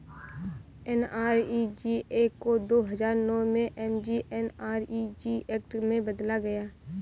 NREGA को दो हजार नौ में एम.जी.एन.आर.इ.जी एक्ट में बदला गया